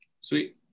Sweet